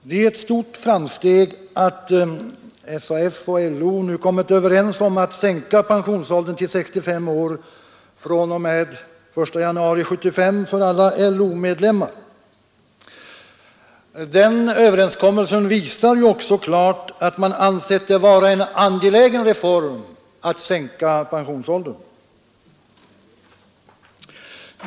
Det är ett stort framsteg att SAF och LO nu kommit överens om att sänka pensionsåldern till 65 år fr.o.m. den 1 januari 1975, för alla LO-medlemmar. Den överenskommelsen visar ju också klart att man ansett det vara en angelägen reform att sänka pensionsåldern.